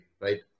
right